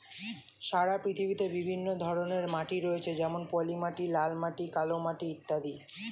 সারা পৃথিবীতে বিভিন্ন ধরনের মাটি রয়েছে যেমন পলিমাটি, লাল মাটি, কালো মাটি ইত্যাদি